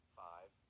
five